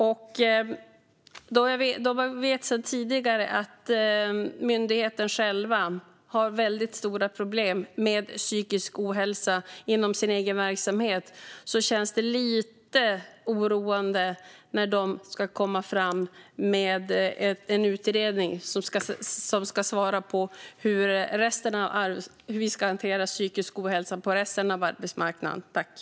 Då vi vet sedan tidigare att den myndigheten själv har stora problem med psykisk ohälsa inom sin egen verksamhet känns det lite oroande att den ska komma med en utredning som ska svara på hur vi ska hantera psykisk ohälsa på resten av arbetsmarknaden.